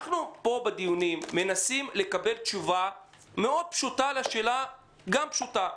אנחנו פה בדיונים מנסים לקבל תשובה פשוטה מאוד לשאלה פשוטה: